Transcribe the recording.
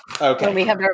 Okay